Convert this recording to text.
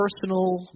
personal